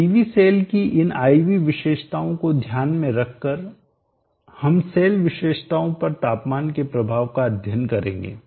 PV cell की इन I V विशेषताओं को ध्यान में रखकर हम सेल विशेषताओं पर तापमान के प्रभाव का अध्ययन करेंगे